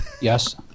Yes